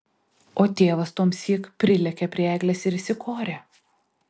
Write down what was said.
o tėvas tuomsyk prilėkė prie eglės ir įsikorė